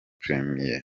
premien